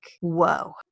whoa